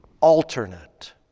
alternate